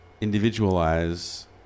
individualize